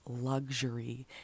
luxury